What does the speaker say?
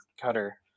cutter